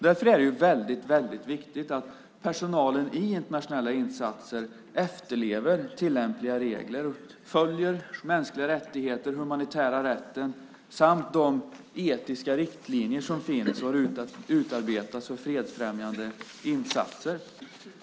Därför är det väldigt viktigt att personalen i internationella insatser efterlever tillämpliga regler och följer mänskliga rättigheter, den humanitära rätten samt de etiska riktlinjer som finns och har utarbetats för fredsfrämjande insatser.